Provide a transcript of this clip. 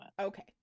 Okay